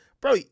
bro